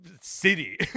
City